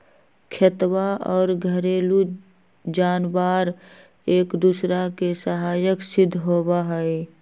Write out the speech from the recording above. खेतवा और घरेलू जानवार एक दूसरा के सहायक सिद्ध होबा हई